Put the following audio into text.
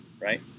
right